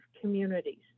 communities